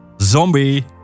Zombie